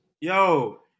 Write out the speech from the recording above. Yo